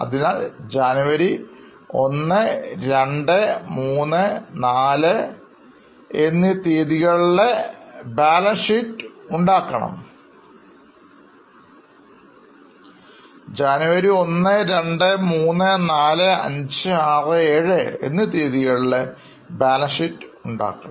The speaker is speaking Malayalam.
അതിനാൽ ജനുവരി 1234 6710 തീയതികളിലെ ബാലൻസ് ഷീറ്റുകൾ നിർമിക്കണം